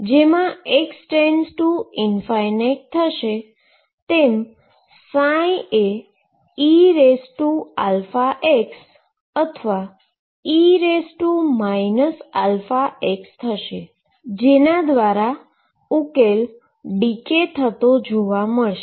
જેમાં x→∞ થશે તેમ એ eαx અથવા e αx થશે જેના દ્વારા ઉકેલ ડીકે થતો જોવા મળશે